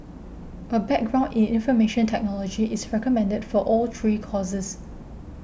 a background in information technology is recommended for all three courses